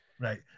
Right